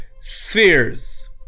spheres